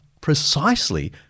precisely